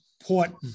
important